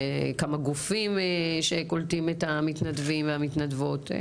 כמה גופים שקולטים את המתנדבים והמתנדבות.